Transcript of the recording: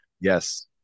Yes